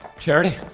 Charity